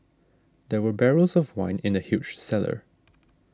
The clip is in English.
there were barrels of wine in the huge cellar